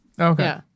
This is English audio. Okay